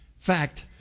fact